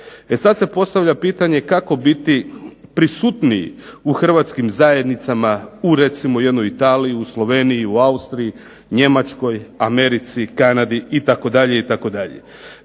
E sad se postavlja pitanje kako biti prisutniji u hrvatskim zajednicama, u recimo jednoj Italiji, u Sloveniji, u Austriji, Njemačkoj, Americi, Kanadi, itd., itd.